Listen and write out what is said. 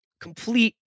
complete